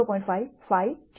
5 5 છે